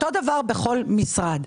אותו דבר בכל משרד.